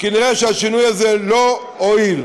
כנראה השינוי הזה לא הועיל.